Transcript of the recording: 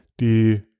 die